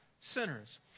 sinners